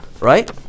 Right